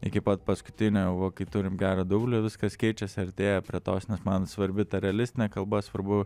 iki pat paskutinio o kai turim gerą dublį viskas keičias artėja prie tos nes man svarbi ta realistinė kalba svarbu